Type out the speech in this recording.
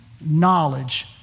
knowledge